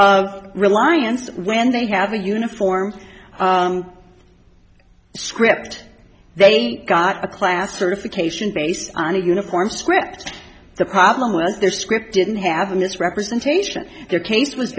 of reliance when they have a uniform script they've got a class certification based on a uniform script the problem was their script didn't have a mis representation their case was